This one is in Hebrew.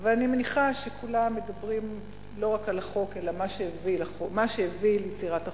אבל אני מניחה שכולם מדברים לא רק על החוק אלא על מה שהביא ליצירת החוק.